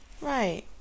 right